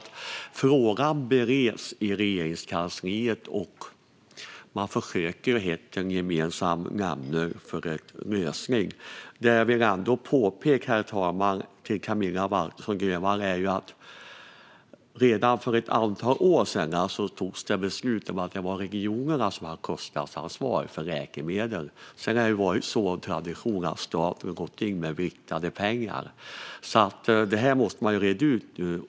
Men frågan bereds i Regeringskansliet, och man försöker hitta en gemensam nämnare för en lösning. Det jag vill påpeka för Camilla Waltersson Grönvall, herr talman, är att det redan för ett antal år sedan fattades beslut om att det är regionerna som har kostnadsansvar för läkemedel. Sedan har det av tradition varit så att staten gått in med riktade pengar. Detta måste man nu reda ut.